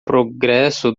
progresso